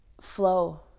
flow